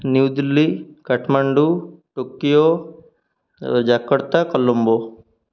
new Delhi Kathmandu Tokyo Jakarta Colombo